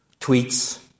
tweets